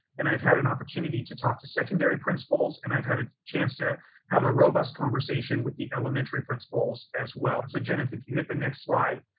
and i've had an opportunity to talk to secondary principals, and i've had a chance to have a robust conversation with the elementary principals as well. so jenith if you hit the next slide,